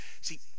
See